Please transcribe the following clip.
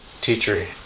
teacher